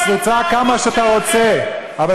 תצעק כמה שאתה רוצה, תתביישו על ההתנהגות שלכם.